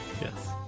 Yes